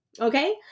Okay